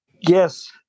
Yes